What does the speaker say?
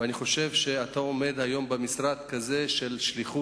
ואני חושב שאתה עומד היום במשרד של שליחות,